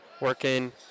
working